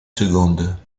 secondes